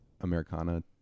Americana